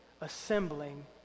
assembling